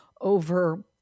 over